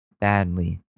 badly